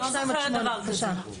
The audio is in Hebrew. לא זוכרת דבר כזה.